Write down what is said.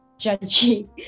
judgy